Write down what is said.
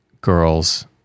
girls